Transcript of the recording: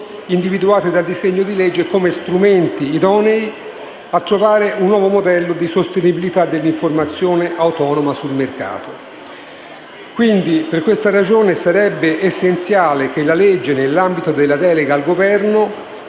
individuati dal disegno di legge come strumenti idonei a trovare un nuovo modello di sostenibilità dell'informazione autonoma sul mercato. Quindi, per questa ragione, sarebbe essenziale che la legge, nell'ambito della delega al Governo,